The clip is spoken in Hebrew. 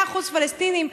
100% פלסטינים.